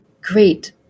great